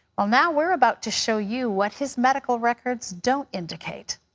well, now, we're about to show you what his medical records don't indicate,